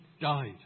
died